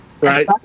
Right